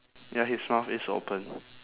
ya his mouth is open